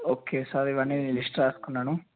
okay sir ఇవన్నీ నేను list రాసుకున్నాను